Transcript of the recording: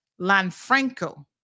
Lanfranco